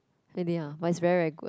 really ah but it's very very good uh